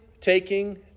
taking